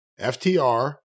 ftr